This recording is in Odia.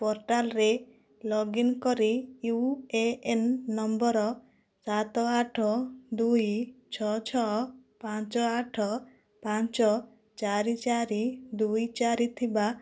ପୋର୍ଟାଲ୍ରେ ଲଗ୍ ଇନ୍ କରି ୟୁ ଏ ଏନ୍ ନମ୍ବର ସାତ ଆଠ ଦୁଇ ଛଅ ଛଅ ପାଞ୍ଚ ଆଠ ପାଞ୍ଚ ଚାରି ଚାରି ଦୁଇ ଚାରି ଥିବା